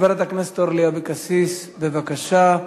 חברת הכנסת אורלי אבקסיס, בבקשה.